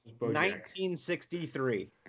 1963